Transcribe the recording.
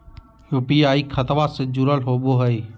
UPI खतबा से जुरल होवे हय?